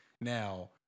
now